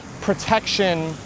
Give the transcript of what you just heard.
protection